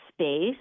space